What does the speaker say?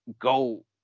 go